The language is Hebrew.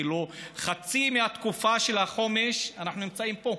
כאילו חצי מהתקופה של החומש אנחנו נמצאים פה.